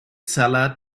seller